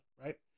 right